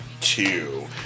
two